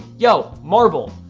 yo marvel!